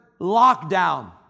lockdown